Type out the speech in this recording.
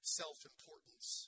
self-importance